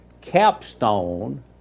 capstone